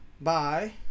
Bye